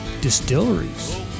distilleries